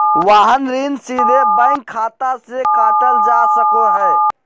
वाहन ऋण सीधे बैंक खाता से काटल जा सको हय